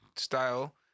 Style